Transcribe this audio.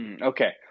Okay